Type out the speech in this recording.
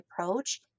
approach